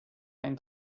ein